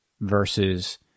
versus